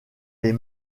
les